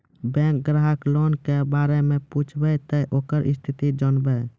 Bank ग्राहक loan के बारे मैं पुछेब ते ओकर स्थिति जॉनब?